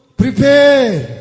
prepare